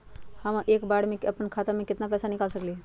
हम एक बार में अपना खाता से केतना पैसा निकाल सकली ह?